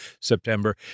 September